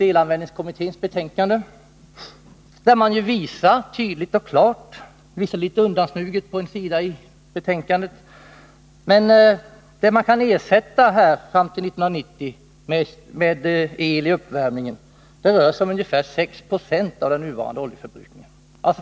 Eluppvärmningskommitténs betänkande visar tydligt och klart — visserligen litet undansmuget på en sida i betänkandet — att man fram till 1990 kan ersätta ungefär 6 70 av den nuvarande oljeförbrukningen med el.